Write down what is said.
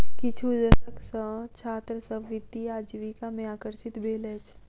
किछु दशक सॅ छात्र सभ वित्तीय आजीविका में आकर्षित भेल अछि